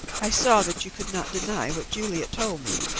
i saw that you could not deny what juliet told me.